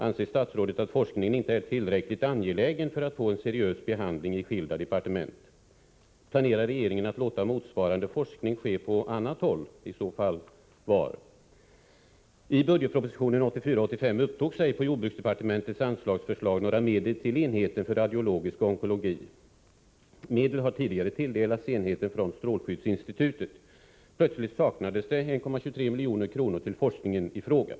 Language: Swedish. Anser statsrådet att forskningen inte är tillräckligt angelägen för att få en seriös behandling i skilda departement? Planerar regeringen att låta motsvarande forskning ske på annat håll och i så fall var? I budgetpropositionen för 1984/85 upptogs ej på jordbruksdepartementets anslagsförslag några medel till enheten för radiologisk onkologi. Medel har tidigare tilldelats enheten från strålskyddsinstitutet. Plötsligt saknades 1,22 milj.kr. till forskningen i fråga.